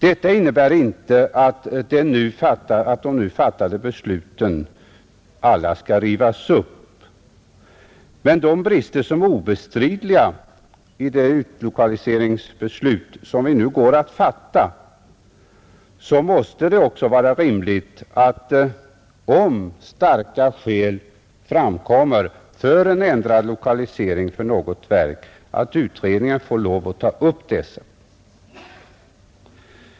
Detta innebär inte att alla de fattade besluten skall rivas upp, men med de brister som är obestridliga i det utlokaliseringsbeslut som vi nu går att fatta, måste det vara rimligt, om starka skäl framkommer för en ändrad lokalisering för något verk, att utredningen får rätt att ta upp dessa.